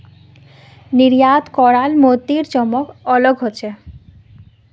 निर्यात कराल मोतीर चमक अलग ह छेक